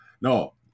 no